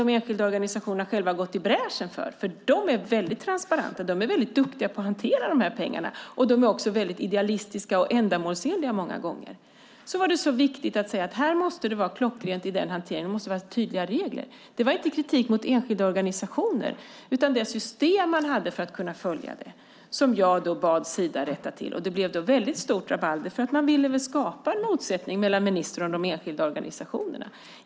Det har de enskilda organisationerna själva gått i bräschen för, för de är väldigt transparenta och duktiga på att hantera de här pengarna, samtidigt som de är väldigt idealistiska och många gånger ändamålsenliga. Det var alltså inte kritik mot enskilda organisationer utan det system man hade för att kunna följa det som jag bad Sida rätta till. Det blev då ett väldigt stort rabalder; man ville väl skapa en motsättning mellan ministern och de enskilda organisationerna.